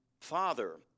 Father